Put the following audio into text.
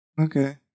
Okay